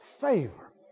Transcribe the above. favor